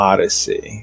Odyssey